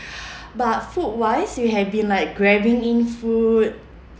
but food wise we have been like grabbing in food